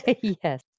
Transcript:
Yes